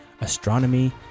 astronomy